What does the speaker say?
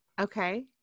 Okay